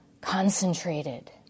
concentrated